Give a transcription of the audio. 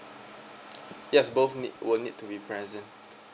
yes both need will need to be present